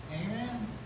Amen